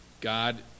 God